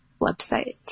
website